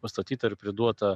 pastatyta ir priduota